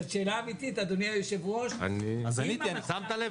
זאת שאלה אמתית אדוני היושב-ראש --- שמת לב,